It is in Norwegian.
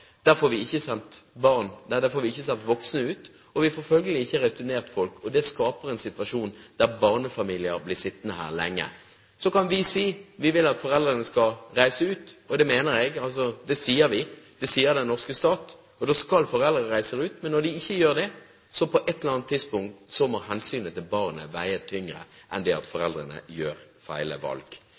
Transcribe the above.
får vi ikke sendt voksne. Vi får følgelig ikke returnert folk, og det skaper en situasjon der barnefamilier blir sittende her lenge. Så kan vi si at vi vil at foreldrene skal reise ut, og det mener jeg – det sier vi, det sier den norske stat – og da skal de reise ut. Men når de ikke gjør det, må på et eller annet tidspunkt hensynet til barnet veie tyngre enn det at foreldrene tar gale valg.